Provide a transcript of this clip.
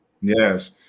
Yes